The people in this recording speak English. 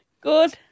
Good